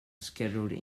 scheduled